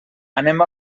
anem